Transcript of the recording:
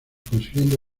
consiguiendo